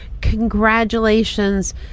Congratulations